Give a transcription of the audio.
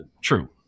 true